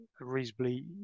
reasonably